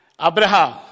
Abraham